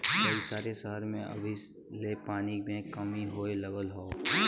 कई सारे सहर में अभी ले पानी के कमी होए लगल हौ